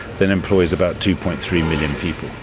that employ about two point three million people,